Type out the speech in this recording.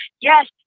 Yes